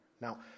Now